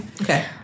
Okay